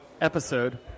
episode